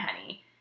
honey